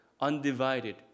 undivided